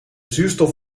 zuurstof